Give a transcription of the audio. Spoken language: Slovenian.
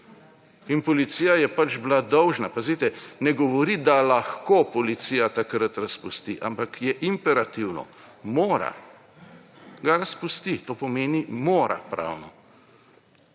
In policija je pač bila dolžna. Pazite, ne govori, da lahko policija takrat razpusti, ampak je imperativno, mora. »Ga razpusti,« to pravno